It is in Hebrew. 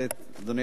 אדוני היושב-ראש,